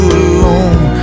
alone